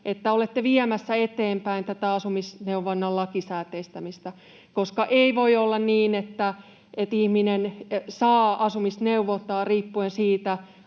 että olette viemässä eteenpäin tätä asumisneuvonnan lakisääteistämistä, koska ei voi olla niin, että ihminen saa asumisneuvontaa riippuen siitä,